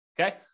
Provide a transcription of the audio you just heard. Okay